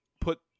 put